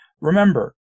Remember